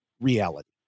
reality